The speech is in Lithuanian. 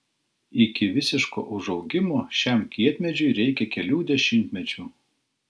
iki visiško užaugimo šiam kietmedžiui reikia kelių dešimtmečių